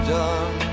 done